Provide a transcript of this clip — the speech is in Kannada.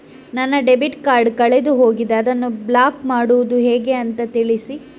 ನನ್ನ ಡೆಬಿಟ್ ಕಾರ್ಡ್ ಕಳೆದು ಹೋಗಿದೆ, ಅದನ್ನು ಬ್ಲಾಕ್ ಮಾಡುವುದು ಹೇಗೆ ಅಂತ ತಿಳಿಸಿ?